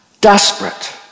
desperate